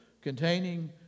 containing